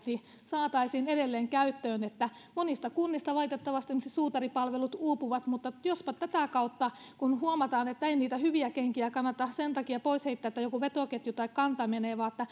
saataisiin edelleen käyttöön monista kunnista valitettavasti esimerkiksi suutaripalvelut uupuvat mutta jospa tätä kautta huomataan että ei niitä hyviä kenkiä kannata sen takia pois heittää että joku vetoketju tai kanta menee ja